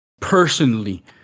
personally